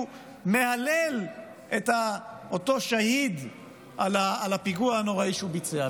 מהלל את אותו שהיד על הפיגוע הנוראי שהוא ביצע.